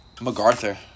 MacArthur